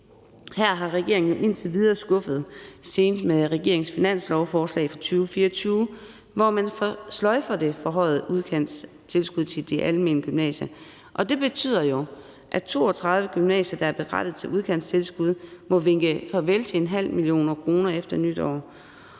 her har regeringen indtil videre skuffet, senest med regeringens finanslovsforslag for 2024, hvor man sløjfer det forhøjede udkantstilskud til de almene gymnasier. Det betyder jo, at 32 gymnasier, der er berettiget til udkantstilskud, må vinke farvel til ½ mio. kr. efter nytår,